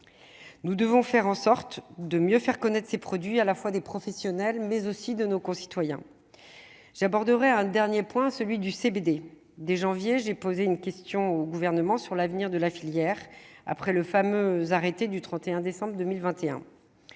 nous devons faire en sorte de mieux faire connaître ses produits à la fois des professionnels mais aussi de nos concitoyens, j'aborderai un dernier point : celui du CBD dès janvier, j'ai posé une question au gouvernement sur l'avenir de la filière après le fameux arrêté du 31 décembre 2021